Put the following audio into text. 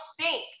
stink